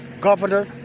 governor